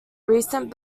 recent